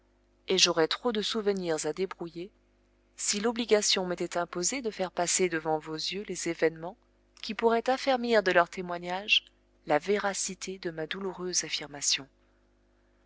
et j'aurais trop de souvenirs à débrouiller si l'obligation m'était imposée de faire passer devant vos yeux les événements qui pourraient affermir de leur témoignage la véracité de ma douloureuse affirmation